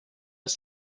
els